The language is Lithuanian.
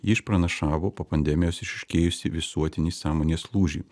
ji išpranašavo po pandemijos išryškėjusį visuotinį sąmonės lūžį